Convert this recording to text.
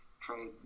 trade